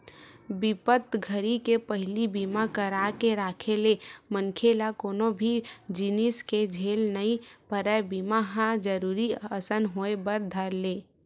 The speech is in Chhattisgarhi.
बिपत घरी के पहिली बीमा करा के राखे ले मनखे ल कोनो भी जिनिस के झेल नइ परय बीमा ह जरुरी असन होय बर धर ले